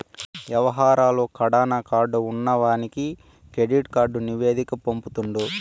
యవహారాలు కడాన కార్డు ఉన్నవానికి కెడిట్ కార్డు నివేదిక పంపుతుండు